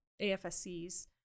AFSCs